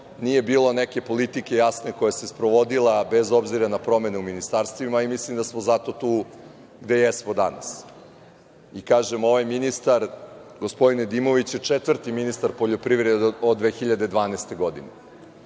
nije bilo neke politike jasne koja se sprovodila bez obzira na promenu u ministarstvima i mislim da smo zato tu gde jesmo danas. Kažem, ovaj ministar, gospodin Nedimović je četvrti ministar poljoprivrede od 2012. godine.